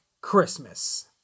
christmas